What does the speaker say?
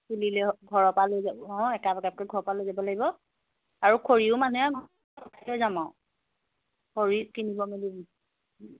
কিনিলেও ঘৰৰ পৰা লৈ যাব অঁ একাপ একাপকৈ ঘৰৰ পৰা লৈ যাব লাগিব আৰু খৰিও মানে যাম আৰু খৰি কিনিব মেলি